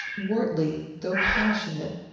wortley, though passionate,